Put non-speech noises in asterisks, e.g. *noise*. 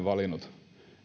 *unintelligible* valinnut